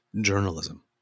journalism